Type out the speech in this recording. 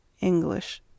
English